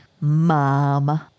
Mom